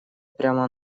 прямо